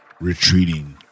retreating